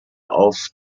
auf